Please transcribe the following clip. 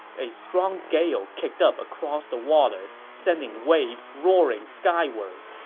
a strong gale kicked up across the water, sending waves roaring skyward.